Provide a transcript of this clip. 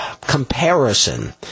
comparison